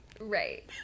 Right